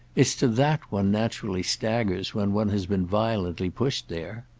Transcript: it's to that one naturally staggers when one has been violently pushed there.